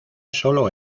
sólo